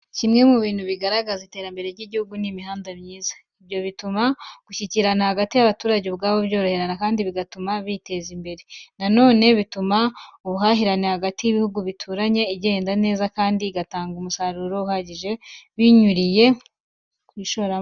Kimwe mu bintu bigaragaza iterambere ry'igihugu ni imihanda myiza. Ibyo bituma gushyikirana hagati y'abaturage ubwabo byoroha kandi bigatuma biteza imbere. Na none bituma ubuhahirane hagati y'ibihugu bituranye igenda neza kandi igatanga umusaruro uhagije binyuriye ku ishoramari.